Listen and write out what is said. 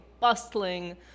bustling